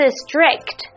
strict